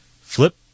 Flip